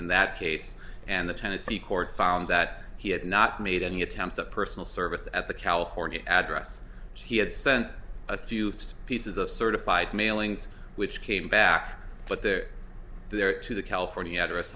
in that case and the tennessee court found that he had not made any attempts of personal service at the california address he had sent a few pieces of certified mailings which came back but they're there to the california address